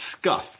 Scuff